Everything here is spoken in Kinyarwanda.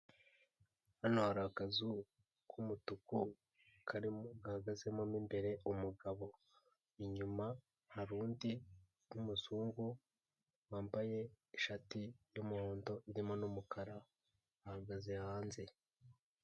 Hano hari akazu k'umutuku karimo gahagazemo mo imbere umugabo inyuma hari undi w'umuzungu, wambaye ishati y'umuhondo irimo n'umukara ahagaze hanze.